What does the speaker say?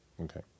okay